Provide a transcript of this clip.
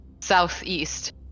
southeast